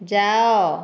ଯାଅ